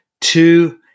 Two